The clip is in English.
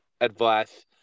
advice